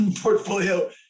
portfolio